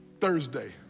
Thursday